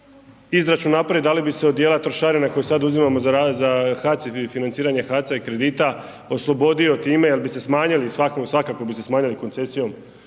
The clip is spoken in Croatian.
Izračun napravit da li bi se od dijela trošarine koji sad uzimamo za HAC i financiranje HAC-a i kredita oslobodio time jer bi se smanjili, svakako bi se smanjili koncesijom